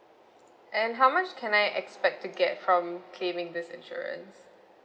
and how much can I expect to get from claiming this insurance